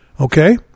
okay